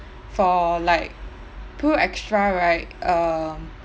for like PruExtra right um